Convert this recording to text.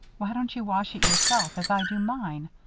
why don't you wash it yourself as i do mine?